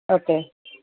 okay